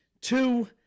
Two